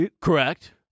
Correct